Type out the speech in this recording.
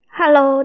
Hello，